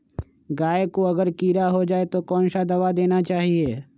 गाय को अगर कीड़ा हो जाय तो कौन सा दवा देना चाहिए?